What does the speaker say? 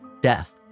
death